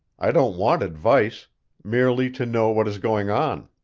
i don't want advice merely to know what is going on.